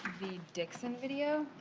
dixon video.